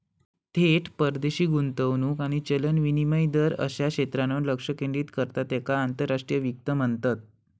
थेट परदेशी गुंतवणूक आणि चलन विनिमय दर अश्या क्षेत्रांवर लक्ष केंद्रित करता त्येका आंतरराष्ट्रीय वित्त म्हणतत